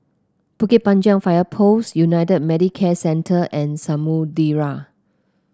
Bukit Panjang Fire Post United Medicare Centre and Samudera